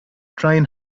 trying